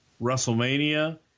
WrestleMania